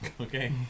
Okay